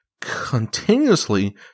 continuously